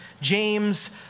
James